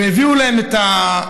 והביאו להם את,